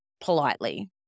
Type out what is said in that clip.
politely